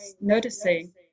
noticing